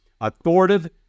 authoritative